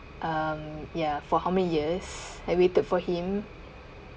um ya for how many years I waited for him